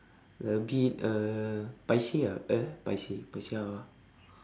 a bit uh paiseh ah uh paiseh paiseh how ah